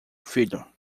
filho